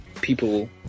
people